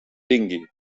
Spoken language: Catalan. tingui